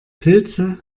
pilze